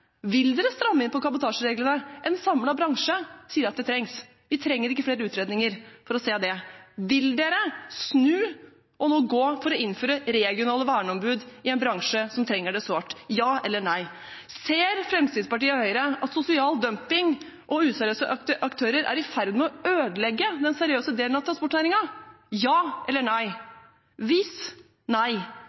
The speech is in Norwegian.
trengs. Vi trenger ikke flere utredninger for å se det. Vil dere snu og nå gå for å innføre regionale verneombud i en bransje som trenger det sårt? Ja eller nei? Ser Fremskrittspartiet og Høyre at sosial dumping og useriøse aktører er i ferd med å ødelegge den seriøse delen av transportnæringen? Ja eller nei? Hvis nei,